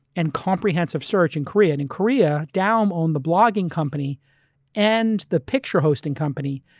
and comprehensive search in korean. in korea, daum owned the blogging company and the picture hosting company.